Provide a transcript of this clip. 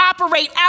operate